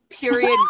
period